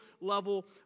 level